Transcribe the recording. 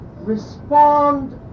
Respond